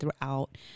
throughout